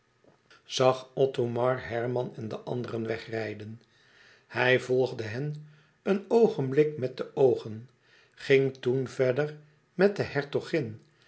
zag othomar herman en de anderen wegrijden hij volgde hen een oogenblik met de oogen ging toen verder met de hertogin